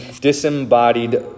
disembodied